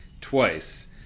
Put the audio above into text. twice